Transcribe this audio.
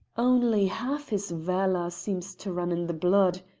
only half his valour seems to run in the blood,